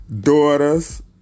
Daughters